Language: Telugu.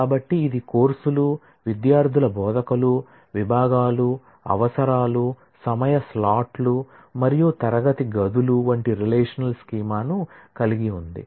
కాబట్టి ఇది కోర్సులు విద్యార్థులు బోధకులు విభాగాలు అవసరాలు సమయ స్లాట్లు మరియు తరగతి గదులు వంటి రిలేషనల్ స్కీమాను కలిగి ఉంది